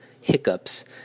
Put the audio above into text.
hiccups